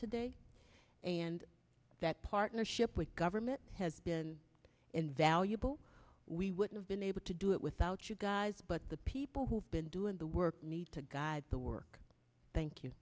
today and that partnership with government has been invaluable we would've been able to do it without you guys but the people who have been doing the work need to guide the work thank you